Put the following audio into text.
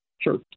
Sure